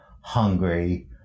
hungry